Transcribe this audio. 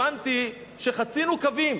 הבנתי שחצינו קווים.